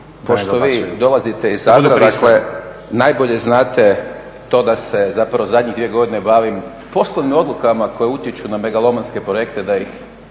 Pošto vi dolazite iz Zadra, dakle najbolje znate to da se zapravo zadnje dvije godine bavim poslovnim odlukama koje utječu na megalomanske projekte da ih